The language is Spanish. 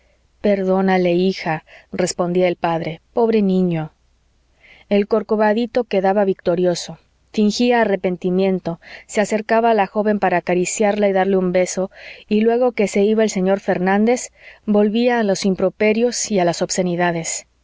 perdónale hija respondía el padre pobre niño el corcovadito quedaba victorioso fingía arrepentimiento se acercaba a la joven para acariciarla y darle un beso y luego que se iba el señor fernández volvía a los improperios y a las obscenidades